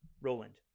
Roland